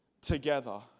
together